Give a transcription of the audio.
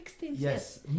yes